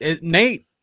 Nate